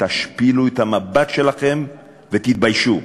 תשפילו את המבט שלכם ותתביישו.